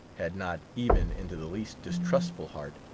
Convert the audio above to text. had not, even into the least distrustful heart,